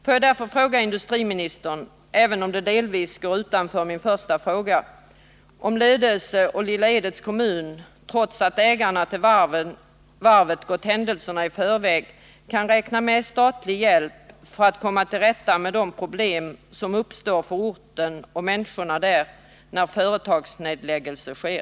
Låt mig därför fråga industriministern — även om det delvis går utanför min första fråga — om Lödöse och Lilla Edets kommun, trots att ägarna till varvet gått händelserna i förväg, kan räkna med statlig hjälp för att komma till rätta med de problem som uppstår för orten och människorna där när företagsnedläggelse sker?